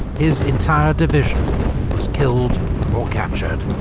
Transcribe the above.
his entire division was killed or captured.